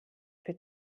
für